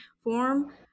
form